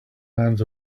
hands